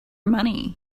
money